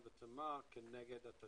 של לווייתן ותמר כנגד התשלומים.